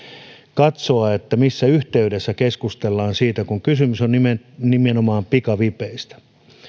katsoa missä yhteydessä keskustellaan siitä kun kysymys on nimenomaan pikavipeistä